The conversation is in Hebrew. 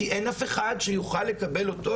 כי אין אף אחד שיוכל לקבל אותו.